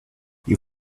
you